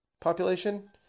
population